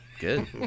Good